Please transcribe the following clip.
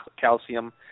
calcium